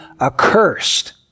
accursed